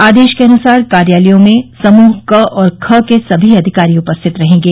आदेश के अनुसार कार्यालयों में समूह क और ख के सभी अधिकारी उपस्थित रहेंगे